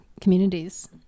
communities